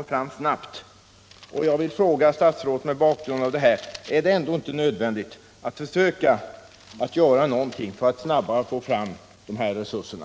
bakgrund av dessa fakta frågat statsrådet, om han inte anser det nödvändigt att försöka göra någonting för att snabbare få fram de nödvändiga resurserna.